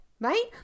right